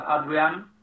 Adrian